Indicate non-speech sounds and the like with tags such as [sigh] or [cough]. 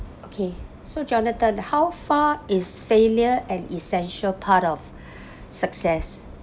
okay so jonathan how far is failure an essential part of [breath] success